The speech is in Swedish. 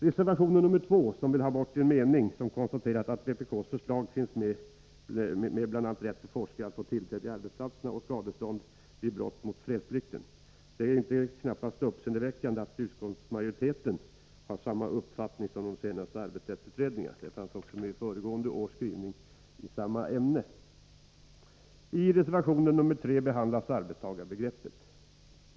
I reservation 2 föreslås att ett stycke i betänkandet skall strykas, där utskottet med anledning av vpk-förslag uttalar sympatier för tanken att forskare skall få rätt till tillträde till arbetsplatserna och för förslaget om skadestånd vid brott mot reglerna om fredsplikt. Det är knappast uppseendeväckande att utskottsmajoriteten har samma uppfattning som den senaste arbetsrättsutredningen. Detta fanns också med i föregående års skrivning i samma ämne. Ireservation 3 behandlas arbetstagarbegreppet.